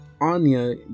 Anya